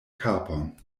kapon